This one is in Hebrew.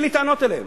אין לי טענות אליהם.